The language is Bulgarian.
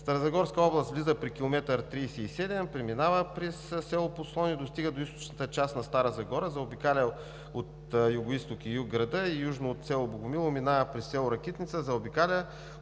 Старозагорска област влиза при км 37,1 и преминава през село Подслон и достига до източната част на град Стара Загора. Заобикаля от югоизток и юг града и южно от село Богомилово, минава през село Ракитница, заобикаля